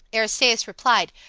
aristaeus replied,